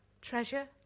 treasure